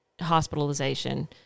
hospitalization